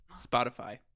Spotify